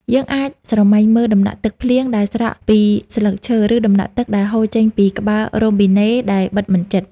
យើងអាចស្រមៃមើលដំណក់ទឹកភ្លៀងដែលស្រក់ពីស្លឹកឈើ ឬដំណក់ទឹកដែលហូរចេញពីក្បាលរ៉ូប៊ីណេដែលបិទមិនជិត។